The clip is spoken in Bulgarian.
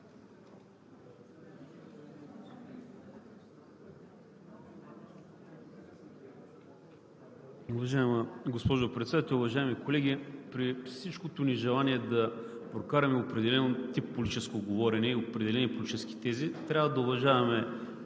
Уважаема госпожо Председател, уважаеми колеги! При всичкото ни желание да прокараме определен тип политическо говорене и определени политически тези, трябва да уважаваме